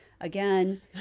again